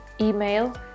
email